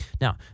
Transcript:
Now